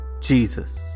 Jesus